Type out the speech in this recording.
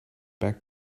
back